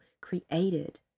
created